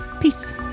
Peace